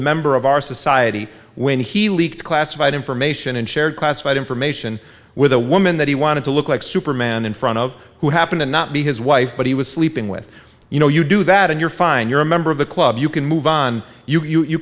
member of our society when he leaked classified information and shared classified information with a woman that he wanted to look like superman in front of who happen to not be his wife but he was sleeping with you know you do that and you're fine you're a member of the club you can move on you